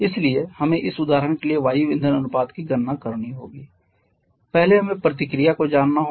इसलिए हमें इस उदाहरण के लिए वायु ईंधन अनुपात की गणना करनी होगी पहले हमें प्रतिक्रिया को जानना होगा